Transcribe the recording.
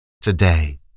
today